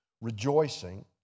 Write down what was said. rejoicing